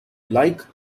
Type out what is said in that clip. like